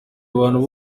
abantu